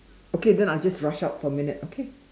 okay then I'll just rush out for a minute okay